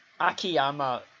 Akiyama